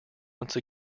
once